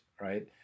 right